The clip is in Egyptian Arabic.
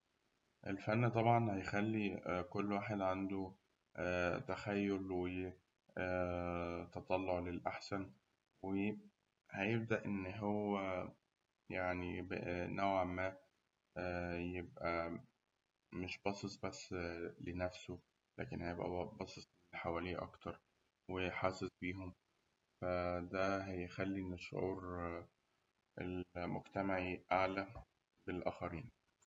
الفن طبعاً هيخلي كل واحد عنده تخيل وآ تطلع للأحسن وهيبدأ إن هو يعني نوعاً ما يبقى مش باصص بس لنفسه، لكن هيبقى باصص لحواليه أكتر وحاسس بيهم، فده هيخلي إن الشعور المجتمعي أعلى بالآخرين